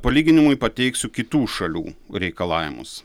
palyginimui pateiksiu kitų šalių reikalavimus